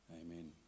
Amen